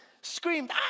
screamed